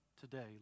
today